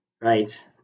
right